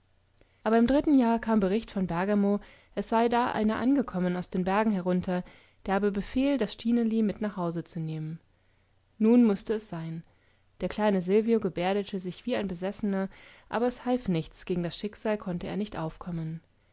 aber im dritten jahr kam bericht von bergamo es sei da einer angekommen aus den bergen herunter der habe befehl das stineli mit nach hause zu nehmen nun mußte es sein der kleine silvio gebärdete sich wie ein besessener aber es half nichts gegen das schicksal konnte er nicht aufkommen